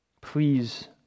Please